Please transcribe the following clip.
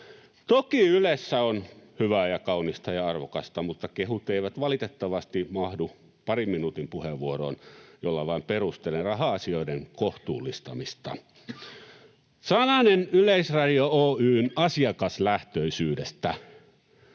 Toki Ylessä on hyvää ja kaunista ja arvokasta, mutta kehut eivät valitettavasti mahdu parin minuutin puheenvuoroon, jolla vain perustelen raha-asioiden kohtuullistamista. Sananen Yleisradio Oy:n asiakaslähtöisyydestä: